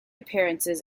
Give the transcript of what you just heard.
appearances